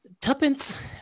Tuppence